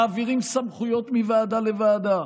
מעבירים סמכויות מוועדה לוועדה,